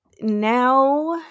now